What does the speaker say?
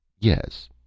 Yes